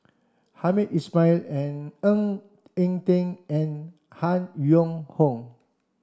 Hamed Ismail and Ng Eng Teng and Han Yong Hong